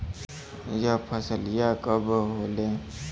यह फसलिया कब होले?